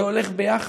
זה הולך ביחד.